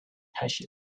patience